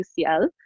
UCL